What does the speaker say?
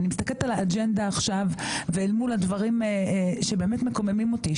אני מסתכלת על האג'נדה עכשיו ואל מול הדברים שבאמת מקוממים אותי,